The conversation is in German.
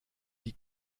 die